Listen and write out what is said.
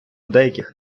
деяких